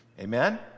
Amen